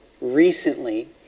recently